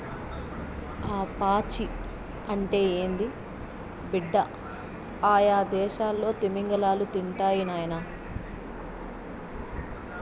ఆ పాచి అంటే ఏంది బిడ్డ, అయ్యదేసాల్లో తిమింగలాలు తింటాయి నాయనా